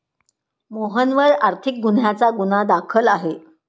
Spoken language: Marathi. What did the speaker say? मोहनवर आर्थिक गुन्ह्याचा गुन्हा दाखल आहे